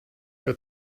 hör